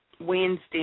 Wednesday